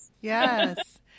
Yes